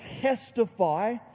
testify